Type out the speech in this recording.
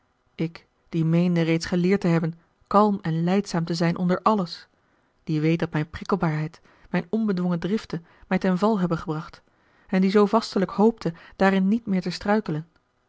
ik die meende reeds geleerd te hebben kalm en lijdzaam te zijn onder alles a l g bosboom-toussaint de delftsche wonderdokter eel die weet dat mijne prikkelbaarheid mijne onbedwongen driften mij ten val hebben gebracht en die zoo vastelijk hoopte daarin niet meer te struikelen